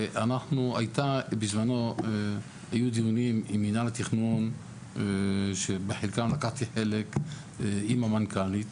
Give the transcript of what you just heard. היו דיונים עם מינהל התכנון שבחלקם לקחתי חלק עם המנכ"לית,